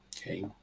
okay